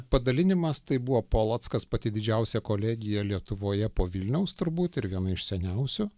padalinimas tai buvo polockas pati didžiausia kolegija lietuvoje po vilniaus turbūt ir viena iš seniausių